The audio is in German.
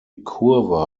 kurve